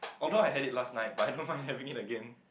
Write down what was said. although I had it last night but I don't mind having it again